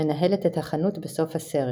מנהלת את החנות בסוף הסרט.